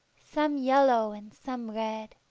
some yellow and some red.